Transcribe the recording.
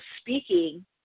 speaking